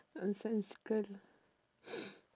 nonsensical lah